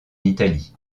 italie